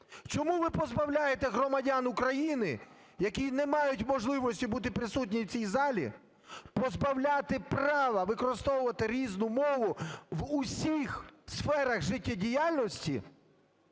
чому ви позбавляєте громадян України, які не мають можливості бути присутніми в цій залі, позбавляти права використовувати різну мову в усіх сферах життєдіяльності